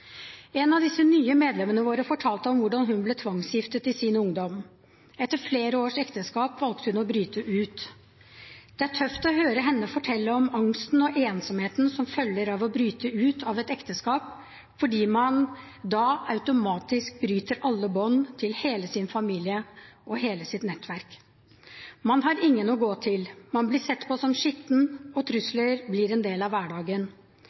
av disse nye medlemmene våre fortalte om hvordan hun ble tvangsgiftet i sin ungdom. Etter flere års ekteskap valgte hun å bryte ut. Det er tøft å høre henne fortelle om angsten og ensomheten som følger av å bryte ut av et ekteskap, fordi man da automatisk bryter alle bånd til hele sin familie og hele sitt nettverk. Man har ingen å gå til, man blir sett på som skitten, og trusler blir en del av hverdagen.